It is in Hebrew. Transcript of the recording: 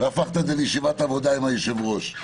והפכת את זה לישיבת עבודה עם היושב-ראש.